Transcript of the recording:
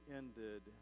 ended